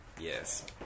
Yes